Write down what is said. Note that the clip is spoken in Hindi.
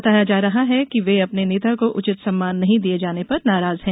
बताया जा रहा है कि वे अपने नेता को उचित सम्मान नहीं दिये जाने पर नाराज हैं